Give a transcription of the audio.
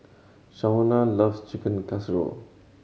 Shauna loves Chicken Casserole